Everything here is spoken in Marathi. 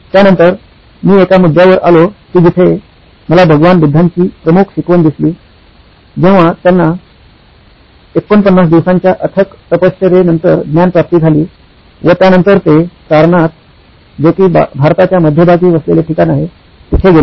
त्यानंतर मी एका मुद्द्यावर आलो कि जिथे मला भगवान बुद्धांची प्रमुख शिकवण दिसली जेव्हा त्यांना ४९ दिवसांच्या अथक तपश्चर्येंनंतर ज्ञान प्राप्ती झाली व त्यानंतर ते सारनाथ जे कि भारताच्या मध्यभागी वसलेले ठिकाण आहे तिथे गेले